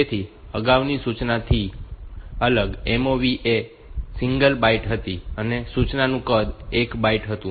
તેથી અગાઉની સૂચનાથી અલગ MOV એ સિંગલ બાઈટ હતી અને સૂચનાનું કદ 1 બાઈટ હતું